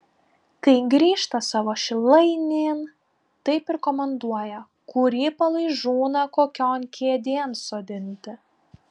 kai grįžta savo šilainėn taip ir komanduoja kurį palaižūną kokion kėdėn sodinti